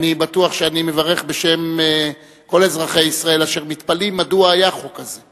אני בטוח שאני מברך בשם כל אזרחי ישראל אשר מתפלאים מדוע היה חוק כזה.